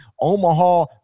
omaha